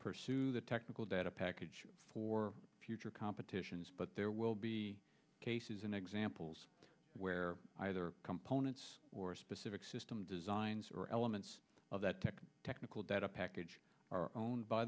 pursue the technical data package for future competitions but there will be cases in examples where either components or specific system designs are elements of that tech technical data package are owned by